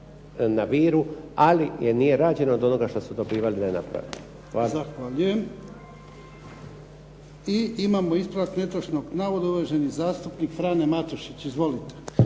na Viru, ali jer nije rađeno od onoga što su dobivali da naprave. **Jarnjak, Ivan (HDZ)** Zahvaljujem. I imamo ispravak netočnog navoda, uvaženi zastupnik Frano Matušić. Izvolite.